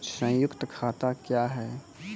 संयुक्त खाता क्या हैं?